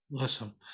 Awesome